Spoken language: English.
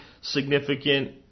significant